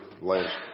last